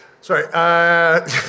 sorry